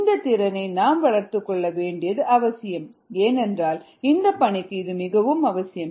இந்த திறனை நாம் வளர்த்துக்கொள்ள வேண்டியது அவசியம் ஏனென்றால் இந்த பணிக்கு இது மிகவும் அவசியம்